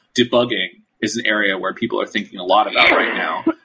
debugging is the area where people are thinking a lot about right now.